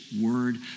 word